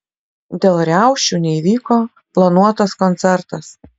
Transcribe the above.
dėl riaušių neįvyko planuotas koncertas